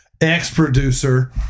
ex-producer